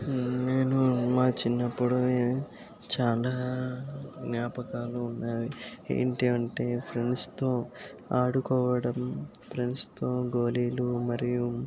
నేను మా చిన్నప్పుడు చాలా జ్ఞాపకాలు ఉన్నవి ఏంటంటే ఫ్రెండ్స్తో ఆడుకోవడం ఫ్రెండ్స్తో గోళీలు మరియు